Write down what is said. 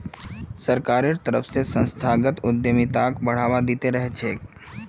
सरकारेर तरफ स संस्थागत उद्यमिताक बढ़ावा दी त रह छेक